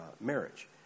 marriage